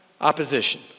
opposition